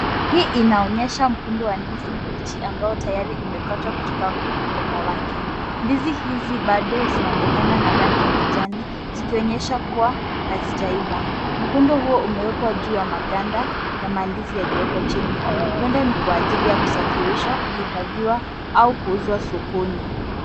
Hii inaonyesha mkungu wa ndizi mbichi ambao tayari umekatwa kutoka kwenye mgomba wake. Ndizi hizi bado zinaonekana na rangi ya kijani zikionyesha kuwa hazijaiva. Mkungu huo umewekwa juu ya maganda ya mandizi yaliyopo chini. Huenda ni kwa ajili ya kusafirishwa, kuhifadhiwa au kuuzwa sokoni.